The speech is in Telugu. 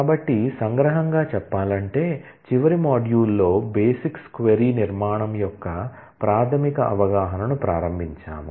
కాబట్టి సంగ్రహంగా చెప్పాలంటే చివరి మాడ్యూల్లో బేసిక్స్ క్వరీ నిర్మాణం యొక్క ప్రాథమిక అవగాహనను ప్రారంభించాము